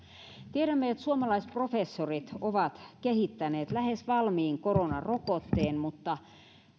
tiedämme että suomalaisprofessorit ovat kehittäneet lähes valmiin koronarokotteen mutta